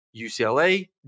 UCLA